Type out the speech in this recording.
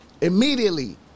Immediately